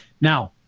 Now